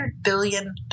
billion